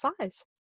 size